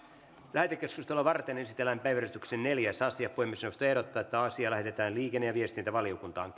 lähetekeskustelua varten esitellään päiväjärjestyksen neljäs asia puhemiesneuvosto ehdottaa että asia lähetetään liikenne ja viestintävaliokuntaan